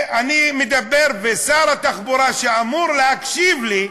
אני מדבר, ושר התחבורה שאמור להקשיב לי,